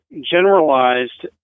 generalized